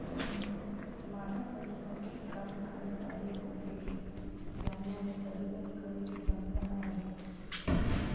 मादा मधुमक्खी काम करे वाली होखेले जवना में प्रजनन करे के क्षमता ना रहेला